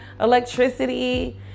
electricity